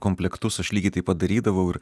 komplektus aš lygiai taip padarydavau ir